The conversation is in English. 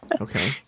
Okay